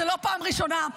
זו לא פעם ראשונה.